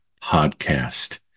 podcast